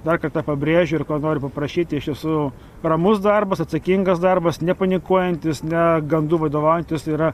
dar kartą pabrėžiu ir ko noriu paprašyti iš tiesų ramus darbas atsakingas darbas nepanikuojantis ne gandu vadovaujantis yra